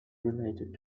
related